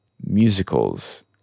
musicals